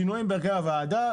שינויים בהרכב הוועדה,